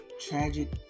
tragic